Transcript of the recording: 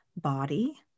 body